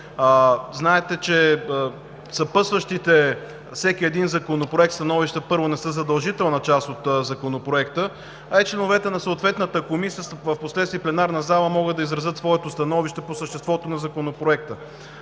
Знаете, че съпътстващите всеки един законопроект становища, първо, не са задължителна част от законопроекта, а и членовете на съответната комисия впоследствие в пленарната зала могат да изразят своето становище по съществото на законопроекта.